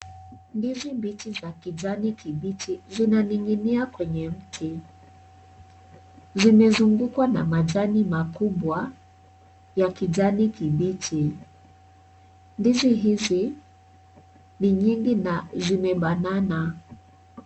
Ndizi mbichi za kijani kimbichi zimening'inia kwenye mti, zimezungukwa na majani makubwa ya kijani kimbichi . Ndizi hizi ni nyingi na zimebanana.